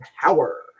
Power